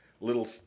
little